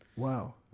Wow